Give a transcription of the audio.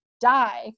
die